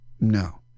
no